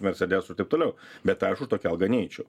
mersedesu ir taip toliau bet aš už tokią algą neičiau